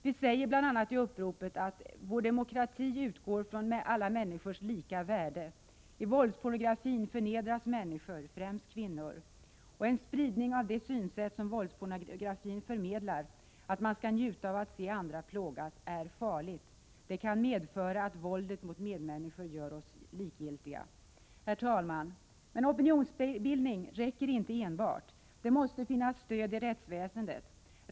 Vi säger bl.a. i uppropet: Vår demokrati utgår från alla människors lika värde. I våldspornografin förnedras människor, främst kvinnor. En spridning av det synsätt som våldspornografin förmedlar — att man skall njuta av att se andra plågas — är farligt. Det kan medföra att våldet mot medmänniskor gör oss likgiltiga. Herr talman! Opinionsbildning räcker inte enbart. Det måste finnas stöd i rättsväsendet.